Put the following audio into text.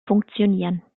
funktionieren